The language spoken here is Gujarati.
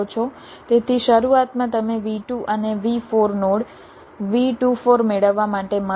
તેથી શરૂઆતમાં તમે V2 અને V4 નોડ V24 મેળવવા માટે મર્જ કરો